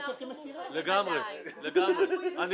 אתה רוצה כן.